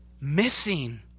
missing